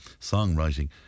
songwriting